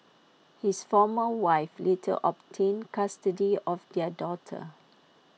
his former wife later obtained custody of their daughter